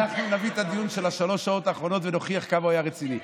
אנחנו נביא את הדיון של שלוש השעות האחרונות ונוכיח כמה הוא היה רציני.